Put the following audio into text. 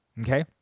okay